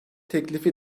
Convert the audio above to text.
teklifi